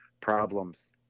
problems